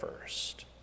first